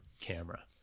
camera